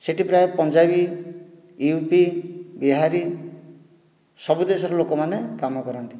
ସେଠି ପ୍ରାୟ Punjabi U P Bihari ସବୁ ଦେଶର ଲୋକମାନେ କାମ କରନ୍ତି